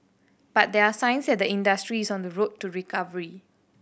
but there are signs that the industry is on the road to recovery